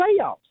playoffs